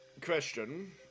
question